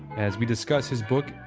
as we discuss his book,